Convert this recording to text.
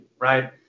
right